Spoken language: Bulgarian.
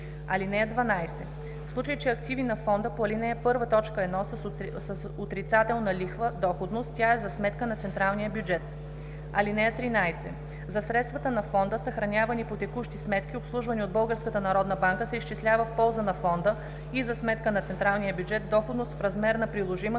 (12) В случай че активи на фонда по ал. 1, т. 1 са с отрицателна лихва/доходност, тя е за сметка на централния бюджет. (13) За средствата на фонда, съхранявани по текущи сметки, обслужвани от Българската народна банка, се изчислява в полза на Фонда и за сметка на централния бюджет доходност в размер на приложимата